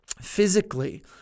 physically